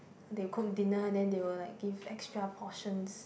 they will cook dinner then they will like give extra portions